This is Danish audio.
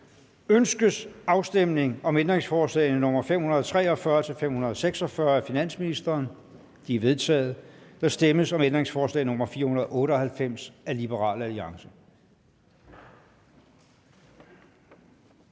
Ønskes afstemning om ændringsforslag nr. 542 og 448 af finansministeren? De er vedtaget. Der stemmes om ændringsforslag nr. 497 af Liberal Alliance.